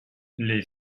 les